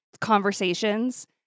conversations